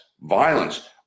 violence